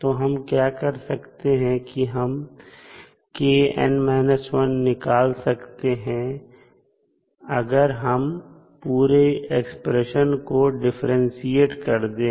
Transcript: तो हम क्या कर सकते हैं कि हम kn 1 निकाल सकते हैं अगर हम पूरे एक्सप्रेशन को डिफरेंटशिएट कर दें